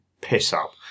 piss-up